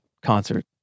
concert